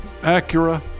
Acura